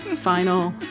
final